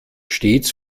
stets